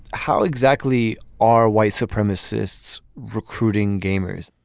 how exactly are white supremacists recruiting gamers.